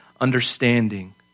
understanding